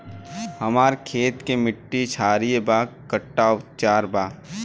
हमर खेत के मिट्टी क्षारीय बा कट्ठा उपचार बा?